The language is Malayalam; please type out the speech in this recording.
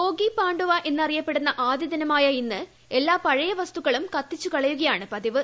ഭോഗി പാണ്ഡുവ എന്നറിയപ്പെടുന്ന ആദ്യദിനമായ ഇന്ന് എല്ലാ പഴയ വസ്തുക്കളും കത്തിച്ചുകളയുകയാണ് പതിവ്